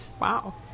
Wow